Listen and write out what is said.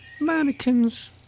mannequins